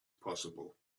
possible